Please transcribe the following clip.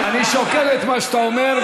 אני שוקל את מה שאתה אומר,